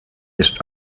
ist